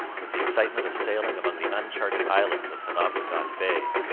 with the excitement of sailing among the uncharted islands of penobscot bay,